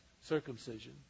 Circumcision